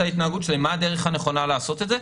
ההתנהגות שלהם מה הדרך הנכונה לעשות את זה.